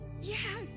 Yes